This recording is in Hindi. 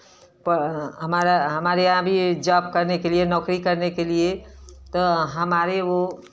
हमारे यहाँ भी जॉब करने के लिए नौकरी करने के लिए तो हमारे वह